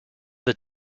the